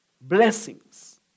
blessings